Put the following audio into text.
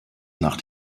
nach